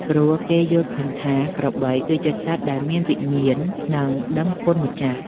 ព្រោះគេយល់ឃើញថា ក្របីគឺជាសត្វដែលមានវិញ្ញាណ និងដឹងគុណម្ចាស់។